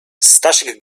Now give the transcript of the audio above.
stasiek